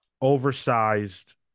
oversized